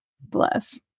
Bless